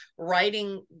Writing